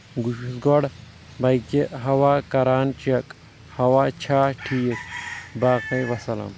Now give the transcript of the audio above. بہٕ چھُس گۄڑ بایکہِ ہوا کران چیٚک ہوا چھا ٹھیکھ باقٕے وسلام